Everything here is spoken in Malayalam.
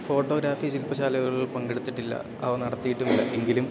ഫോട്ടോഗ്രാഫി ശില്പശാലകളിൽ പങ്കെടുത്തിട്ടില്ല അവ നടത്തിയിട്ടുമില്ല എങ്കിലും